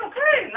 Okay